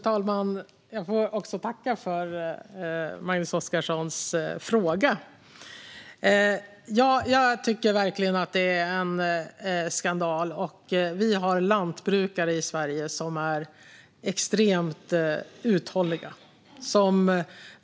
Fru talman! Jag får tacka för Magnus Oscarssons fråga. Jag tycker verkligen att det är en skandal. Vi har lantbrukare i Sverige som är extremt uthålliga.